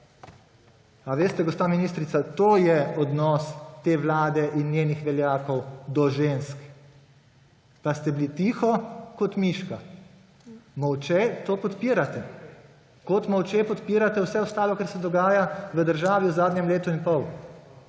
Ali veste, gospa ministrica, to je odnos te vlade in njenih veljakov do žensk, pa ste bili tiho kot miška, molče to podpirate, kot molče podpirate vse ostalo, kar se dogaja v državi v zadnjem letu in pol.